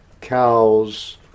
cows